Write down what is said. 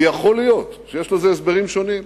ויכול להיות שיש לזה הסברים שונים.